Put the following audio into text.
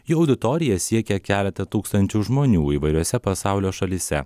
jų auditorija siekia keletą tūkstančių žmonių įvairiose pasaulio šalyse